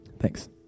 Thanks